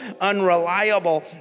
unreliable